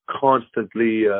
constantly